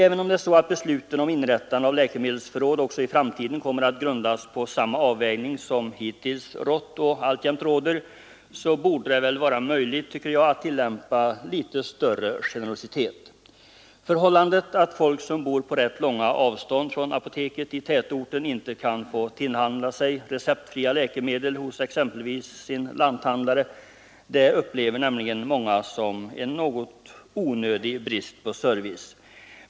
Även om besluten att inrätta läkemedelsförråd också i framtiden kommer att grundas på de avvägningar som hittills gjorts och alltjämt görs borde det vara möjligt, tycker jag, att vara litet mera generös. Det förhållandet att folk som bor på rätt långa avstånd från apoteket i tätorten inte kan få tillhandla sig receptfria läkemedel hos exempelvis sin lanthandlare upplever många som en onödig brist på service.